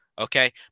Okay